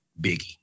Biggie